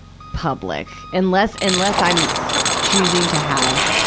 public. unless, unless i'm choosing to have,